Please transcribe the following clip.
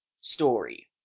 story